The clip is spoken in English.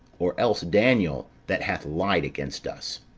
or else daniel, that hath lied against us.